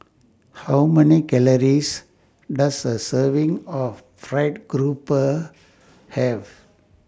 How Many Calories Does A Serving of Fried Garoupa Have